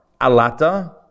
alata